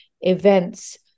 events